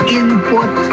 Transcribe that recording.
input